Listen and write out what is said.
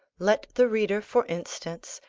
let the reader, for instance,